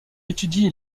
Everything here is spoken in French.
étudie